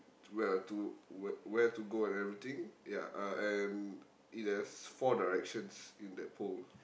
where to where where to go and everything ya uh and it has four directions in that pole